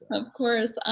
of course.